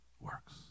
works